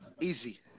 Easy